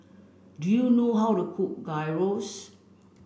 do you know how to cook Gyros